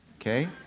okay